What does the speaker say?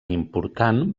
important